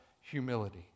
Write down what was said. humility